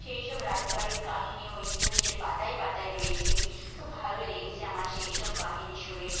সেইসব রাজবাড়ির কাহিনিও ইতিহাসের পাতায় পাতায় রয়েছে তো ভালো লেগেছে আমার সেইসব কাহিনি শুনে